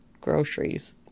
groceries